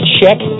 check